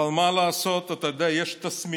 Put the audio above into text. אבל מה לעשות, אתה יודע, יש תסמינים.